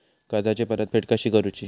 कर्जाची परतफेड कशी करुची?